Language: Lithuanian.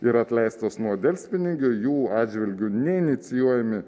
yra atleistos nuo delspinigių jų atžvilgiu neinicijuojami